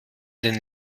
den